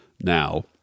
now